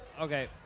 okay